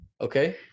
okay